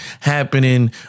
happening